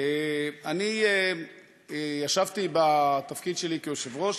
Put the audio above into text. אני ישבתי בתפקיד שלי כיושב-ראש.